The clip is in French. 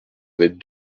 avec